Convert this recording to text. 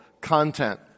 content